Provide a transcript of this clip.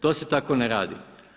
To se tako ne radi.